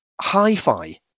hi-fi